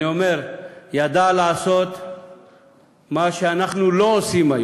אני אומר, ידע לעשות מה שאנחנו לא עושים היום.